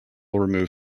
removed